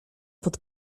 pod